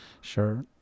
Sure